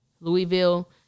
Louisville